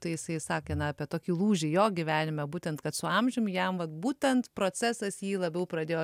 tai jisai sakė na apie tokį lūžį jo gyvenime būtent kad su amžium jam vat būtent procesas jį labiau pradėjo